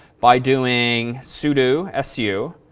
by doing sudo, su.